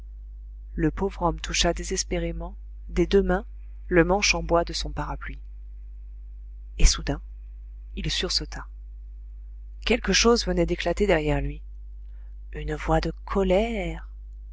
le pauvre homme toucha désespérément des deux mains le manche en bois de son parapluie et soudain il sursauta quelque chose venait d'éclater derrière lui une voix de colère